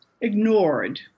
ignored